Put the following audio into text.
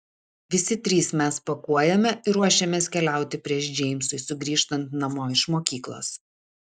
visi trys mes pakuojame ir ruošiamės keliauti prieš džeimsui sugrįžtant namo iš mokyklos